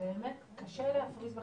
קשה להפריז בחשיבותו.